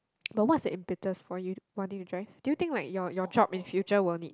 but one is the impetus for you wanting to drive do you think like your your job in future will need